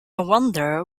wonder